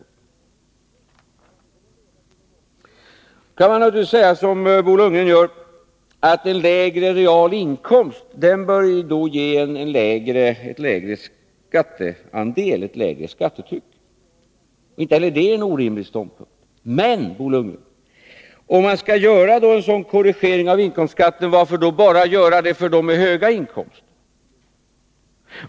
Nu kan man naturligtvis säga som Bo Lundgren gör, att en lägre realinkomst bör ge ett lägre skattetryck. Inte heller det är en orimlig ståndpunkt. Men, Bo Lundgren, om man skall göra en sådan korrigering av inkomstskatten, varför skall man då göra detta bara för dem med höga inkomster?